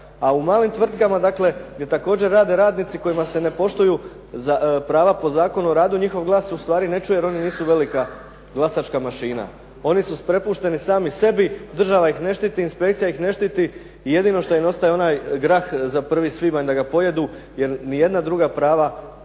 a u malim tvrtkama rade radnici kojima se ne poštuju prava po zakonu o radu njihov glas se ne čuje jer oni nisu velika glasačka mašina. Oni su prepušteni sami sebi, država ih ne štiti, inspekcija im ne štiti i jedino što im ostaje onaj grah za 1. svibanj da ga pojedu jer ni jedna druga prava država,